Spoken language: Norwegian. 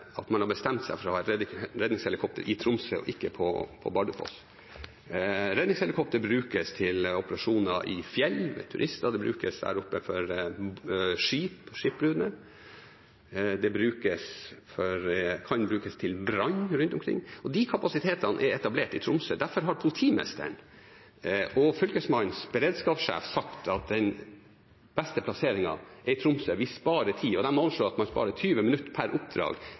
at man har bestemt seg for å ha redningshelikopter i Tromsø og ikke på Bardufoss. Redningshelikopter brukes til operasjoner i fjell, for turister, det brukes for skipbrudne, og det kan brukes til brann rundt omkring. De kapasitetene er etablert i Tromsø, derfor har politimesteren og Fylkesmannens beredskapssjef sagt at den beste plasseringen er i Tromsø. Man sparer tid. De har anslått at man sparer 20 minutter per oppdrag